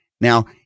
Now